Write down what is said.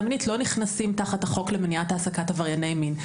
מינית לא נכנסים תחת החוק למניעת העסקת עברייני מין.